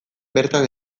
bertan